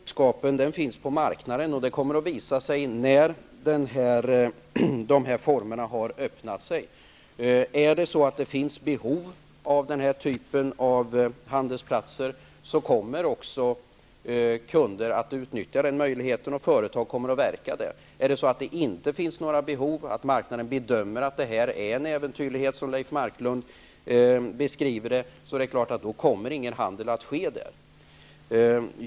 Fru talman! Jag anser att den största kunskapen finns på marknaden. Det kommmer att visa sig när de nya formerna har öppnats. Finns det behov av den här typen av handelsplatser, kommer sådana att öppnas. Kunderna kommer att utnyttja den möjligheten, och företag kommer att verka där. Om det inte finns några behov och marknaden bedömer att det här är en äventyrlighet, som Leif Marklund beskriver det, kommer ingen handel att ske.